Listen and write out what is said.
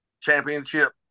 championship